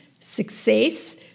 success